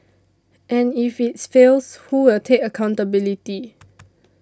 and if its fails who will take accountability